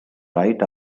right